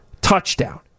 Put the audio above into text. Touchdown